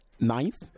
Nice